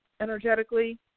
energetically